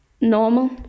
normal